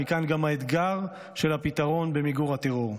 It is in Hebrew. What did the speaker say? מכאן גם האתגר של הפתרון במיגור הטרור.